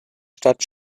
stadt